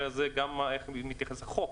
איך מתייחס החוק